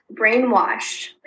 brainwashed